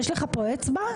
יש לך פה אצבע?